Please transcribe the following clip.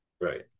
Right